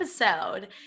episode